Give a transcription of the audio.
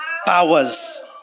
powers